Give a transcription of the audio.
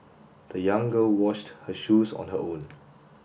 the young girl washed her shoes on her own